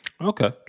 okay